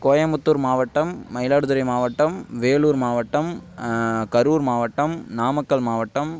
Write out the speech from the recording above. கோயமுத்தூர் மாவட்டம் மயிலாடுதுறை மாவட்டம் வேலூர் மாவட்டம் கரூர் மாவட்டம் நாமக்கல் மாவட்டம்